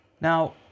now